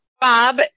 Bob